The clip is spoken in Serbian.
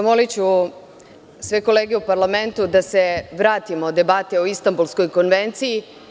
Zamoliću sve kolege u parlamentu da se vratimo debati o Istanbulskoj konvenciji.